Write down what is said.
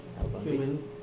human